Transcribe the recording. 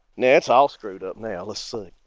now it's all screwed up now. let's see